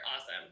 Awesome